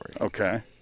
Okay